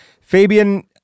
Fabian